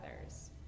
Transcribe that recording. others